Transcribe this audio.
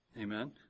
Amen